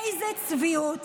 איזו צביעות,